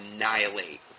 annihilate